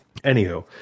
anywho